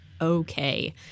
okay